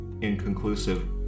inconclusive